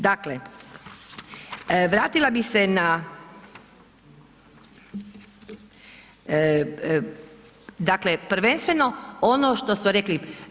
Dakle, vratila bih se na, dakle prvenstveno ono što su rekli.